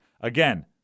Again